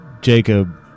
Jacob